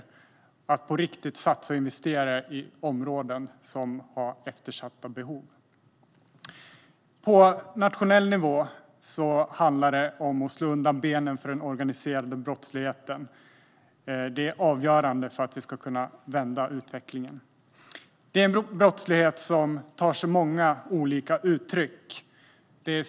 Det gäller att på riktigt satsa och investera i områden som har eftersatta behov. På nationell nivå handlar det om att slå undan benen för den organiserade brottsligheten. Det är avgörande för att vi ska kunna vända utvecklingen. Detta är en brottslighet som tar sig många olika uttryck.